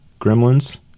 Gremlins